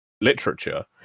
literature